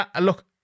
Look